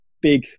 big